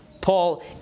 Paul